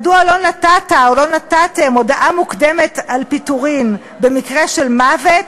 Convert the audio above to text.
מדוע לא נתת או לא נתתם הודעה מוקדמת על פיטורים במקרה של מוות,